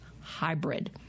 Hybrid